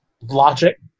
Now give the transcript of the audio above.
logic